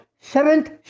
seventh